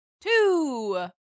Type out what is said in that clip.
Two